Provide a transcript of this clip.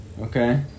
Okay